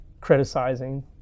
criticizing